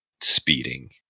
speeding